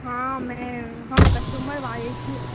हम कस्टमर बाजै छी